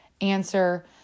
answer